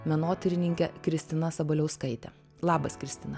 menotyrininke kristina sabaliauskaite labas kristina